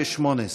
התשע"ט 2018,